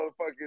motherfucking